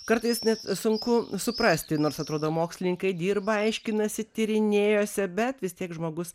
kartais net sunku suprasti nors atrodo mokslininkai dirba aiškinasi tyrinėjasi bet vis tiek žmogus